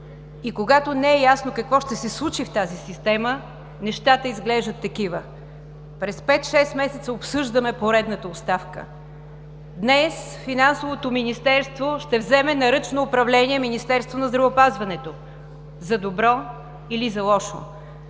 И когато не е ясно какво ще се случи в тази система, нещата изглеждат такива – през пет-шест месеца обсъждаме поредната оставка. Днес Финансовото министерство ще вземе на ръчно управление Министерство на здравеопазването – за добро или за лошо.